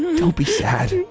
don't don't be sad.